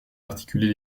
articuler